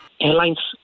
airlines